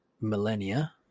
millennia